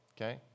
Okay